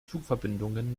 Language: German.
zugverbindungen